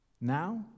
now